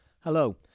Hello